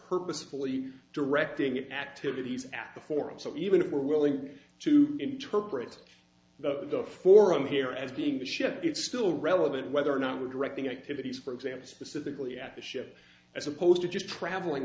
purposely directing activities at the forum so even if we're willing to interpret the forum here as being the ship it's still relevant whether or not we're directing activities for example specifically at the ship as opposed to just traveling